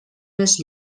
més